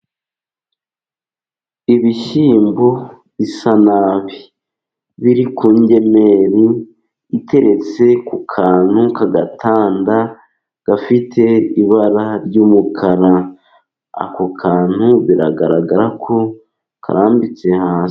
Ibishyimbo bisa nabi. Biri ku ngemeri iteretse ku kantu k'agatanda. Gafite ibara ry'umukara. Ako kantu biragaragara ko karambitse hasi.